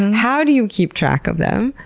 how do you keep track of them?